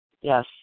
yes